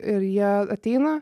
ir jie ateina